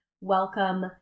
welcome